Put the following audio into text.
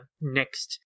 next